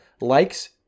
likes